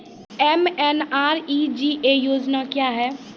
MNREGA योजना क्या हैं?